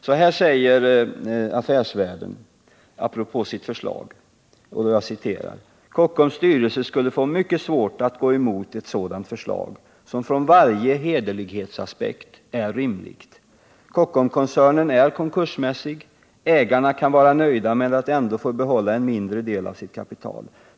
Affärsvärlden säger apropå sitt förslag följande: ”Kockums styrelse skulle få mycket svårt att gå emot ett sådant förslag, som från varje hederlighetsaspekt är rimligt. Kockumkoncernen är konkursmässig; ägarna kan vara nöjda med att ändå få behålla en mindre del av sitt kapital.